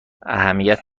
اهمیت